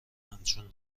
همچون